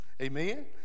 Amen